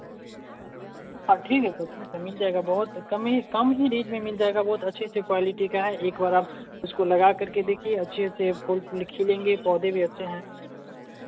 हाँ ठीक है सर ठीक है मिल जाएगा बहुत कम ही कम ही रेट में मिल जाएगा बहुत अच्छी सी क्वालिटी का है एक बार आप उसको लगा करके देखिए अच्छे से फूल खिलेंगे पौधे भी अच्छे है